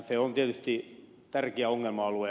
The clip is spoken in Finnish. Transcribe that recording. se on tietysti tärkeä ongelma alue